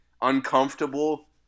uncomfortable